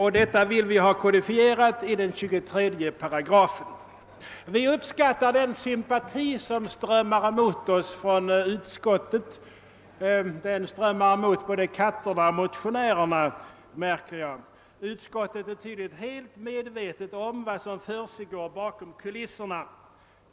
Detta vill vi ha kodifierat i 23 §. Vi uppskattar den sympati som strömmar emot oss från utskottet. Den strömmar emot både katterna och motionärerna, märker jag. Utskottet är tydligen helt medvetet om vad som försiggår bakom kulisserna.